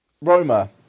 Roma